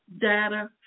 data